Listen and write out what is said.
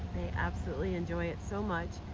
they absolutely enjoy it so much.